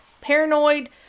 paranoid